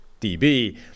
DB